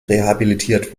rehabilitiert